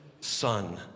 son